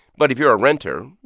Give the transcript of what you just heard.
but if you're a renter,